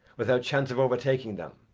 without chance of overtaking them,